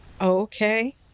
Okay